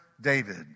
David